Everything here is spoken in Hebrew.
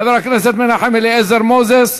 חבר הכנסת מנחם אליעזר מוזס,